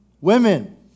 women